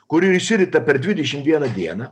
kuri ir išsirita per dvidešim vieną dieną